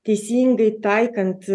teisingai taikant